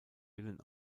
willen